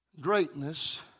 greatness